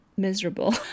miserable